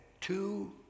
two